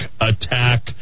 attack